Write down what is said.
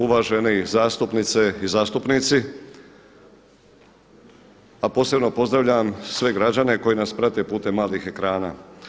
Uvaženi zastupnice i zastupnici a posebno pozdravljam sve građane koji nas prate putem malih ekrana.